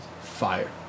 Fire